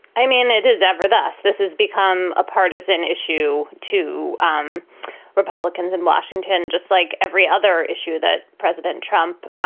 i mean, it is ever thus. this is become a partisan issue to um republicans in washington, just like every other issue that president trump